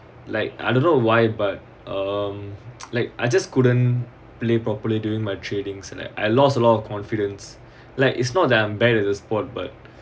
like I don't know why but um like I just couldn't play properly during my trainings and I lost a lot of confidence like it's not that I'm bad in the sport but